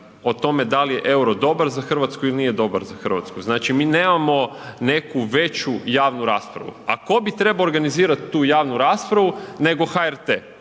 o tome da li je euro dobar za Hrvatsku ili nije dobar za Hrvatsku. znači mi nemamo neku veću javnu raspravu a ko bi trebao organizirat tu javnu raspravu nego HRT?